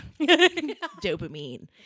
dopamine